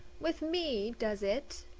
with me, does it?